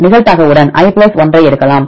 நிகழ்தகவுடன் i 1 ஐ எடுக்கலாம்